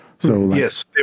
Yes